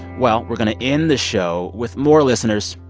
well, we're going to end the show with more listeners.